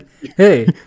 hey